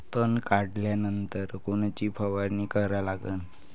तन काढल्यानंतर कोनची फवारणी करा लागन?